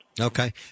okay